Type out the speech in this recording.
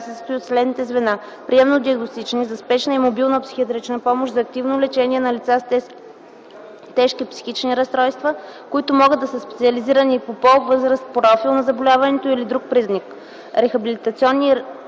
състои от следните звена: приемно-диагностични; за спешна и мобилна психиатрична помощ; за активно лечение на лица с тежки психични разстройства, които могат да са специализирани по пол, възраст, профил на заболяването или друг признак; рехабилитационни и